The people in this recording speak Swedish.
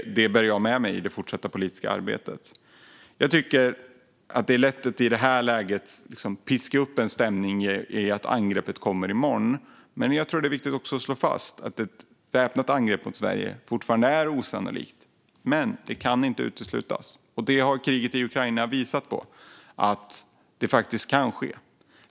Det bär jag med mig i det fortsatta politiska arbetet. Jag tycker att det i det här läget är lätt att piska upp en stämning av att angreppet kommer i morgon, men jag tror att det är viktigt att slå fast att ett väpnat angrepp mot Sverige fortfarande är osannolikt. Det kan inte uteslutas, vilket kriget i Ukraina har visat, utan det kan ske.